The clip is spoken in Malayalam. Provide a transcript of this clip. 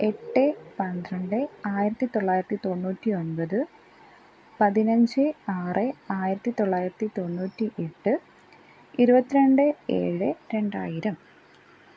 എട്ട് പന്ത്രണ്ട് ആയിരത്തി തൊള്ളായിരത്തി തൊണ്ണൂറ്റി ഒൻപത് പതിനഞ്ച് ആറ് ആയിരത്തി തൊള്ളായിരത്തി തൊണ്ണൂറ്റി എട്ട് ഇരുപത്തി രണ്ട് ഏഴ് രണ്ടായിരം